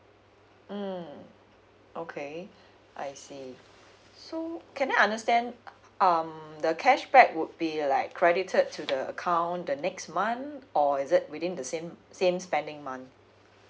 mm okay I see so can I understand um the cashback would be like credited to the account the next month or is it within the same same spending month